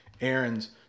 Errands